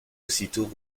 aussitôt